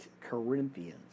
Corinthians